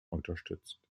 unterstützt